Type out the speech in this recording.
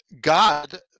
God